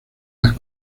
las